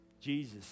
Jesus